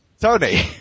Tony